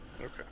Okay